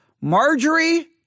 Marjorie